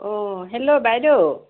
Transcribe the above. অ' hello বাইদেউ